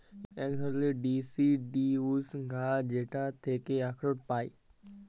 ইক ধারালের ডিসিডিউস গাহাচ যেটর থ্যাকে আখরট পায়